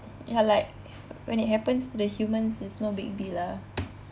ya like when it happens to the humans it's no big deal ah